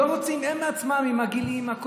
לא רוצים הם בעצמם עם עגילים,